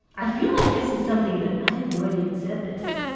i feel like this is something that i have no idea who said this.